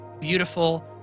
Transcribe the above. beautiful